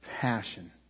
passion